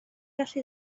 gallu